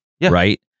right